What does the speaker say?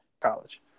college